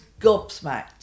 gobsmacked